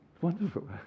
wonderful